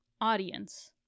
audience